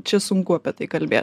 čia sunku apie tai kalbė